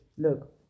Look